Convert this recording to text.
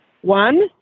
One